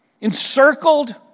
Encircled